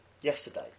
yesterday